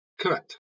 Correct